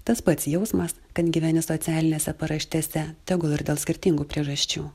tas pats jausmas kad gyveni socialinėse paraštėse tegul ir dėl skirtingų priežasčių